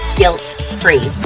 guilt-free